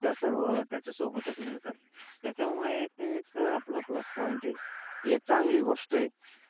त्या सर्व त्याच्यासोबतच मिळतात त्याच्यामुळे ते एक आपलं प्लस पॉईंट आहे ती एक चांगली गोष्ट आहे